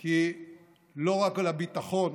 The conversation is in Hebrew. כי לא רק לביטחון